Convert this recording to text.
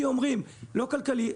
כי אומרים לא כלכלי.